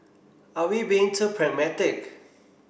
are we being too pragmatic